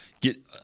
get